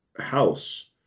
house